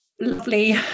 lovely